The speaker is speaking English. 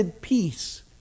peace